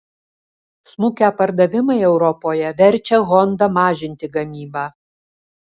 smukę pardavimai europoje verčia honda mažinti gamybą